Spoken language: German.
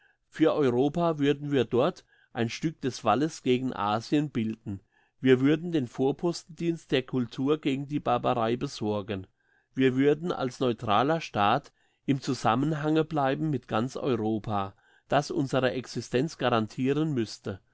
für europa würden wir dort ein stück des walles gegen asien bilden wir würden den vorpostendienst der cultur gegen die barbarei besorgen wir würden als neutraler staat im zusammenhange bleiben mit ganz europa das unsere existenz garantiren müsste